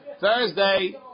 Thursday